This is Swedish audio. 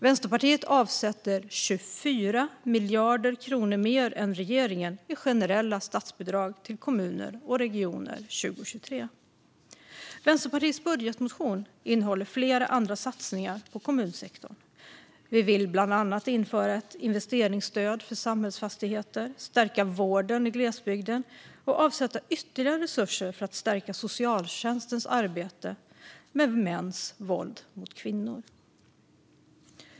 Vänsterpartiet avsätter 24 miljarder kronor mer än regeringen i generella statsbidrag till kommuner och regioner 2023. Vänsterpartiets budgetmotion innehåller flera andra satsningar på kommunsektorn. Vi vill bland annat införa ett investeringsstöd för samhällsfastigheter, stärka vården i glesbygden och avsätta ytterligare resurser för att stärka socialtjänstens arbete med mäns våld mot kvinnor.